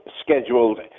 scheduled